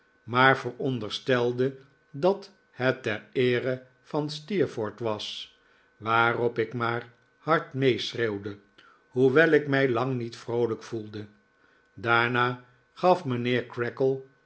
maar veronderstelde dat het ter eere van steerforth was waarop ik maar hard meeschreeuwde hoewel ik mij lang niet vroolijk voelde daarna gaf mijnheer